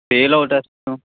fail ਆ ਉਹ test ਚੋਂ